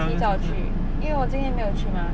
提早去因为我今天没有去 mah